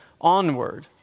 onward